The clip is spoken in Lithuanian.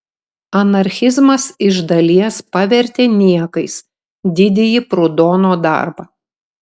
anarchizmas iš dalies pavertė niekais didįjį prudono darbą